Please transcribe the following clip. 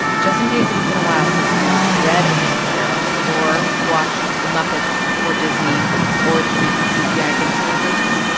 just in case it has been a while since you read a christmas carol or watched the muppets or disney or the creepy cgi ah jim carrey version,